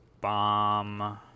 Bomb